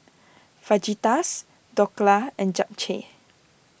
Fajitas Dhokla and Japchae